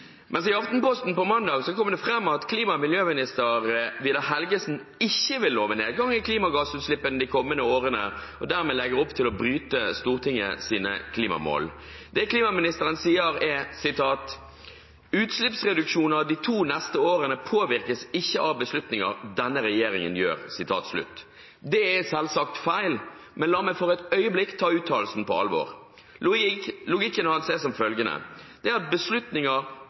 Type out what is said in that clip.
i Aftenposten på mandag kom det fram at klima- og miljøminister Vidar Helgesen ikke vil love nedgang i klimagassutslippene de kommende årene og dermed legger opp til å bryte Stortingets klimamål. Det klimaministeren sier, er: «Utslippsreduksjoner de neste to årene påvirkes ikke av beslutninger som denne regjeringen gjør.» Det er selvsagt feil, men la meg for et øyeblikk ta uttalelsen på alvor.